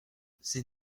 c’est